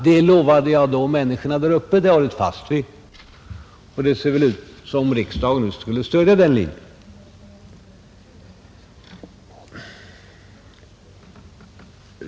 Det lovade jag människorna där uppe, och det har vi hållit fast vid. Det ser ut som om riksdagen nu skulle stödja den linjen.